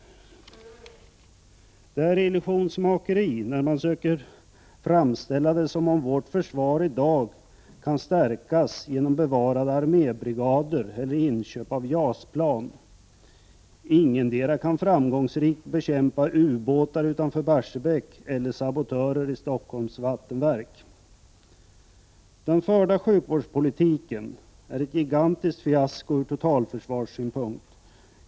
Det är illusionsmakeri när man söker framställa det som om vårt försvar i dag kan stärkas genom bevarade armébrigader eller inköp av JAS-plan. Ingetdera kan framgångsrikt bekämpa ubåtar utanför Barsebäck eller sabotörer i Stockholms vattenverk. Den förda sjukvårdspolitiken är ett gigantiskt fiasko ur totalförsvarssynpunkt.